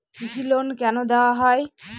কৃষি লোন কেন দেওয়া হয়?